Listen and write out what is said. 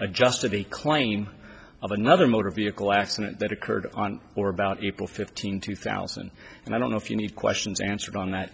adjusted the claim of another motor vehicle accident that occurred on or about april fifteenth two thousand and i don't know if you need questions answered on that